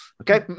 Okay